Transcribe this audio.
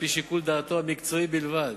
על-פי שיקול דעתו המקצועית בלבד.